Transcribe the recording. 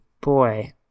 boy